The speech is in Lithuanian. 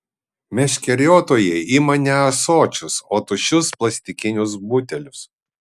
meškeriotojai ima ne ąsočius o tuščius plastikinius butelius